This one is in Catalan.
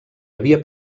havia